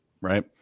right